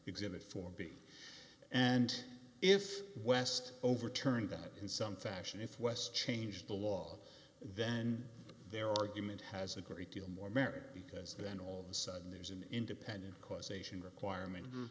exhibit four beat and if west overturned that in some fashion if west changed the law then their argument has a great deal more merit because then all the sudden there's an independent causation requirement